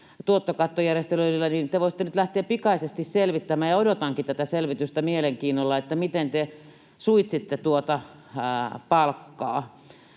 tuottokattojärjestelyillä, ja te voisitte nyt lähteä pikaisesti selvittämään — ja odotankin tätä selvitystä mielenkiinnolla — miten te suitsitte noita palkkoja